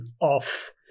off